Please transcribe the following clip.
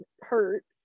hurt